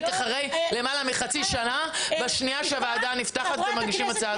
אחרי למעלה מחצי שנה שבשנייה שהוועדה נפתחת אתם מגישים הצעת חוק.